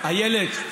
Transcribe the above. איילת,